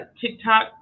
TikTok